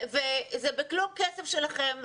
וזה בכלום כסף שלכם.